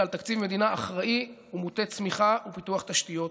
על תקציב מדינה אחראי ומוטה צמיחה ופיתוח תשתיות